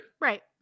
Right